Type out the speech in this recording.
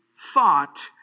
Thought